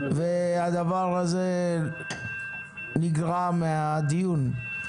והדבר הזה נגרע מהדיון.